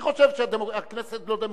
היא חושבת שהכנסת לא דמוקרטית,